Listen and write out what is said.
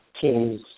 teams